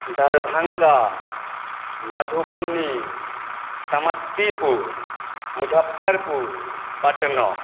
Darbhanga Madhubani Samastipur Muzaffarpur Patna